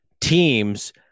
teams